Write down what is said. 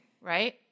Right